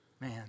Man